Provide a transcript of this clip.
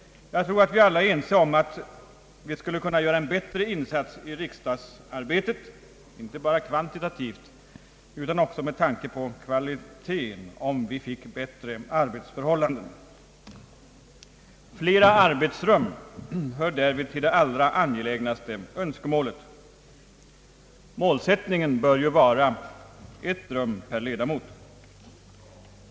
Jag tror att vi alla är ense om att vi skulle kunna göra en bättre insats i riksdagsarbetet, inte bara kvantitativt utan också med tanke på kvaliteten, om vi fick bättre arbetsförhållanden. Flera arbetsrum hör därvid till det allra angelägnaste önskemålet. Målsättningen bör vara ett rum per ledamot.